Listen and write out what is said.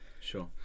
Sure